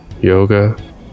yoga